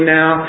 now